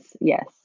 Yes